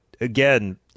again